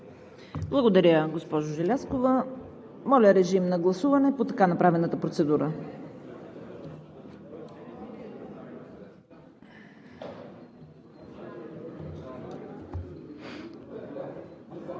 Благодаря, госпожо Желязкова. Моля, режим на гласуване по така направената процедура.